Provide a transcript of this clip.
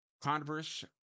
Converse